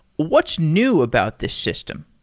what's new about this system?